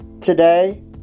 today